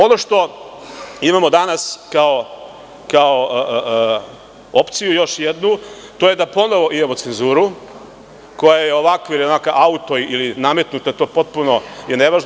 Ono što imamo danas kao opciju još jednu, to je da ponovo imamo cenzuru koja je ovakva ili onakva, auto ili nametnuta, to je potpuno nevažno.